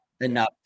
enough